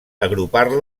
agrupar